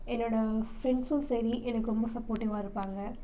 என்னோடய ஃப்ரெண்ட்ஸும் சரி எனக்கு ரொம்ப சப்போட்டிவ்வாக இருப்பாங்க